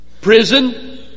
Prison